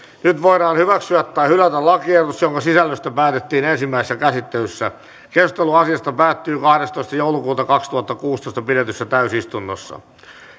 nyt voidaan hyväksyä tai hylätä lakiehdotus jonka sisällöstä päätettiin ensimmäisessä käsittelyssä keskustelu asiasta päättyi kahdestoista kahdettatoista kaksituhattakuusitoista pidetyssä kolmannessa täysistunnossa